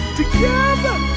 together